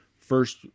first